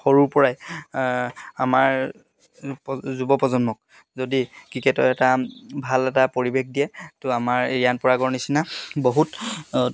সৰুৰ পৰাই আমাৰ যুৱ প্ৰজন্মক যদি ক্ৰিকেটৰ এটা ভাল এটা পৰিৱেশ দিয়ে ত' আমাৰ ৰিয়ান পৰাগৰ নিচিনা বহুত